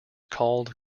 called